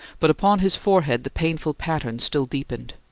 but upon his forehead the painful pattern still deepened.